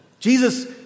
Jesus